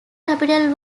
capital